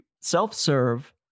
self-serve